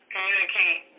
Communicate